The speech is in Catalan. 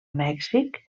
mèxic